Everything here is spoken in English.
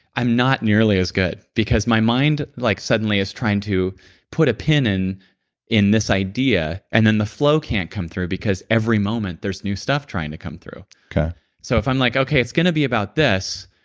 i'm not nearly as good, because my mind like suddenly is trying to put put in and in this idea, and then the flow can't come through because every moment there's new stuff trying to come through okay so, if i'm like, okay, it's going to be about this,